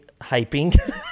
hyping